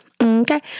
Okay